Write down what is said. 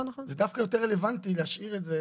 זה דווקא יותר רלוונטי להשאיר את זה